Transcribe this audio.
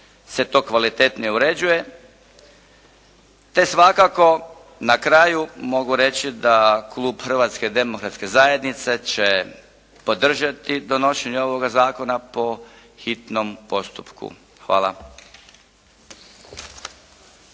se to kvalitetnije uređuje, te svakako na kraju mogu reći da klub Hrvatske demokratske zajednice će podržati donošenja ovog zakona po hitnom postupku. Hvala.